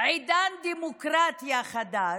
"עידן דמוקרטיה חדש",